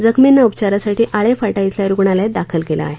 जखमींना उपचारासाठी आळे फाटा इथल्या रूग्णालयात दाखल केलं आहे